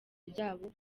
ryabo